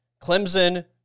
Clemson